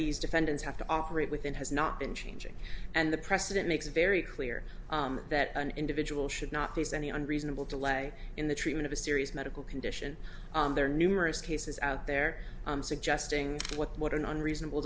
these defendants have to operate within has not been changing and the president makes very clear that an individual should not face any unreasonable delay in the treatment of a serious medical condition there are numerous cases out there suggesting what are not unreasonable